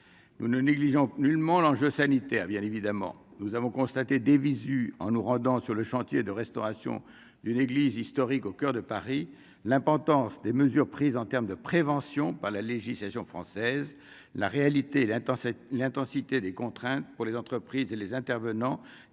nous ne négligeons nullement l'enjeu sanitaire, bien évidemment, nous avons constaté de visu en nous rendant sur le chantier de restauration d'une église historique au coeur de Paris, l'importance des mesures prises en terme de prévention par la législation française la réalité l'intense, l'intensité des contraintes pour les entreprises et les intervenants